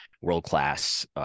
world-class